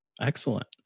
Excellent